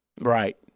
Right